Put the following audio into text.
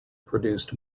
produced